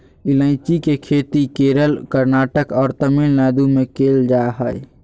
ईलायची के खेती केरल, कर्नाटक और तमिलनाडु में कैल जा हइ